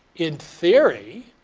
in theory,